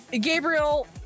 Gabriel